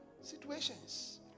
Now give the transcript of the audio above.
situations